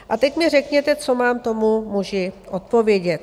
A teď mi řekněte, co mám tomu muži odpovědět.